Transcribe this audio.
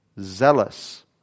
zealous